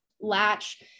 latch